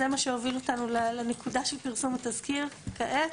זה מה שהוביל אותנו לנקודה של פרסום התזכיר כעת,